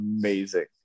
amazing